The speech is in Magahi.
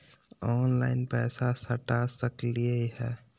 ऑनलाइन पैसा सटा सकलिय है?